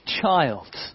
child